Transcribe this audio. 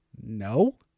no